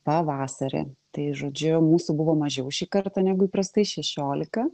pavasarį tai žodžiu mūsų buvo mažiau šį kartą negu įprastai šešiolika